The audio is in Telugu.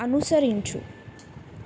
అనుసరించు